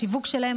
השיווק שלהן,